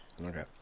Okay